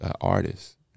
artist